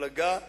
מפלגה ישרה.